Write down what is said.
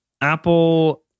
Apple